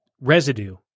residue